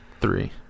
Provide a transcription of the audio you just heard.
Three